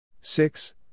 Six